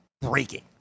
breaking